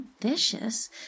vicious